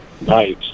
Nice